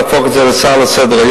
להפוך את זה להצעה לסדר-היום,